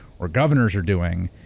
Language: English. or governors are doing.